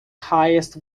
highest